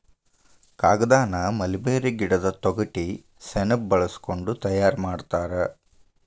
ಕಾಗದಾನ ಮಲ್ಬೇರಿ ಗಿಡದ ತೊಗಟಿ ಸೆಣಬ ಬಳಸಕೊಂಡ ತಯಾರ ಮಾಡ್ತಾರ